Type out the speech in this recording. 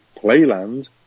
playland